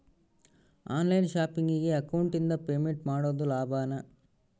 On line ಶಾಪಿಂಗಿಗೆ ಅಕೌಂಟಿಂದ payment ಮಾಡೋದು ಲಾಭಾನ?